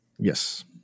Yes